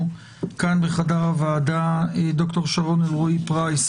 לחדר הוועדה ד"ר שרון אלרעי פרייס,